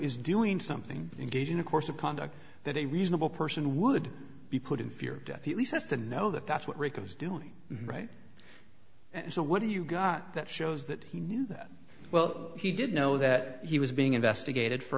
is doing something engaging a course of conduct that a reasonable person would be put in fear of death at least to know that that's what rico is doing right and so what do you got that shows that he knew that well he did know that he was being investigated for